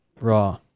Raw